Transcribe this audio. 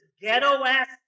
ghetto-ass